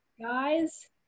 guys